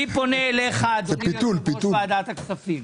אני פונה אליך, אדוני יושב-ראש ועדת הכספים.